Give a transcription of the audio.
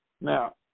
Now